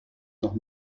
noch